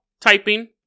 typing